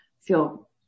feel